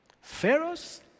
Pharaoh's